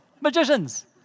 Magicians